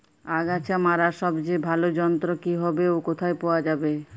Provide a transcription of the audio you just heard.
আগাছা মারার সবচেয়ে ভালো যন্ত্র কি হবে ও কোথায় পাওয়া যাবে?